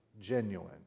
Genuine